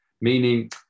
Meaning